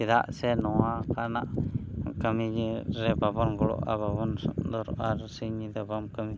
ᱪᱮᱫᱟᱜ ᱥᱮ ᱱᱚᱣᱟ ᱞᱮᱠᱟᱱᱟᱜ ᱠᱟᱹᱢᱤᱨᱮ ᱵᱟᱵᱚᱱ ᱜᱚᱲᱚᱜᱼᱟ ᱵᱟᱵᱚᱱ ᱥᱩᱱᱫᱚᱨᱚᱜᱼᱟ ᱟᱨ ᱥᱤᱧᱼᱧᱤᱫᱟᱹ ᱵᱟᱢ ᱠᱟᱹᱢᱤ